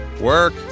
work